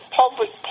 public